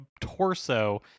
torso